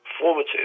formative